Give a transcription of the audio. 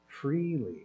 Freely